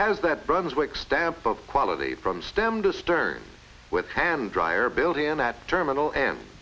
has that brunswick stamp of quality from stem to stern with hand dryer built in that terminal and